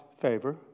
favor